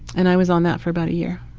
and i was on that for about a year.